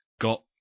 got